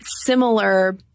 similar